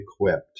equipped